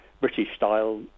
British-style